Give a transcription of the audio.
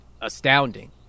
astounding